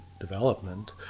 development